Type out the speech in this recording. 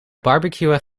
barbecueën